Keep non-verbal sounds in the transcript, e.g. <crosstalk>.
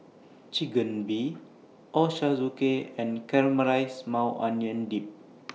<unintelligible> Ochazuke and Caramelized Maui Onion Dip